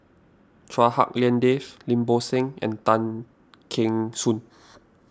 Chua Hak Lien Dave Lim Bo Seng and Tan Kheng Soon